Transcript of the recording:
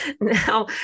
Now